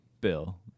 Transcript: bill